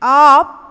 off